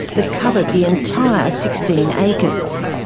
that covered the entire sixteen acres.